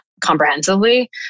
comprehensively